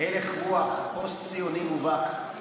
אלה הגיבורים שלך.